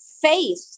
faith